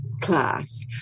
class